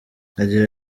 agira